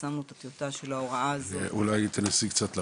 פרסמנו את הטיוטה של ההוראה הזאת- -- אולי תנסי קצת להרחיב.